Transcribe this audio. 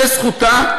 זו זכותה.